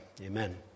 Amen